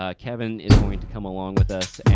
ah kevin is going to come along with us